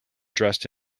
dressed